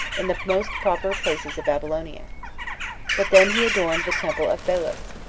in the most proper places of babylonia but then he adorned the temple of belus,